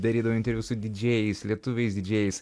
darydavo interviu su didžėjais lietuviais didžiais